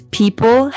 people